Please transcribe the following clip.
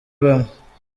bamwe